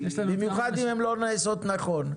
במיוחד אם הן לא נעשות נכון.